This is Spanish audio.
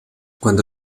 cuando